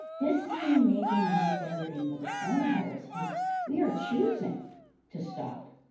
this is the amazing moment that we're in with a corona virus is we are choosing to stop.